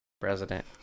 President